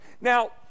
Now